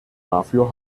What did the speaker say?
dafür